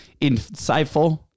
insightful